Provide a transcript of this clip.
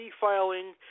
filing